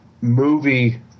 movie